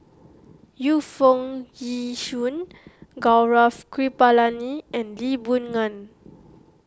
Yu Foo Yee Shoon Gaurav Kripalani and Lee Boon Ngan